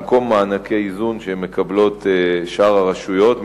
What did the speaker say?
במקום מענקי איזון שמקבלות שאר הרשויות,